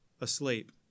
asleep